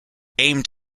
aimed